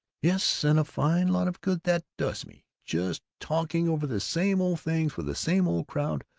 yes, and a fine lot of good that does me! just talking over the same old things with the same old crowd,